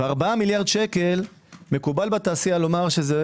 4 מיליארד שקל מקובל בתעשייה לומר שזה